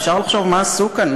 אפשר לחשוב מה עשו כאן,